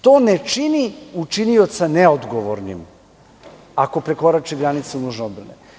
To ne čini učinioca neodgovornim ako prekorači granicu nužne odbrane.